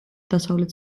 დასავლეთ